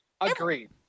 Agreed